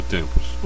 Tempos